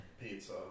Pizza